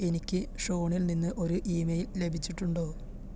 എനിക്ക് ഷോണിൽ നിന്ന് ഒരു ഇമെയില് ലഭിച്ചിട്ടുണ്ടോ